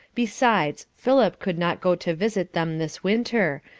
besides, philip could not go to visit them this winter,